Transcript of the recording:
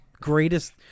greatest